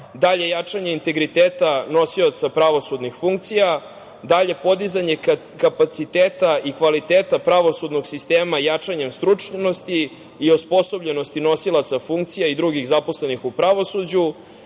dalje jačanje integriteta nosioca pravosudnih funkcija, dalje podizanje kapaciteta i kvaliteta pravosudnog sistema jačanjem stručnosti i osposobljenosti nosilaca funkcija i drugih zaposlenih u pravosuđu,